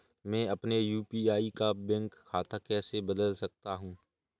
मैं अपने यू.पी.आई का बैंक खाता कैसे बदल सकता हूँ?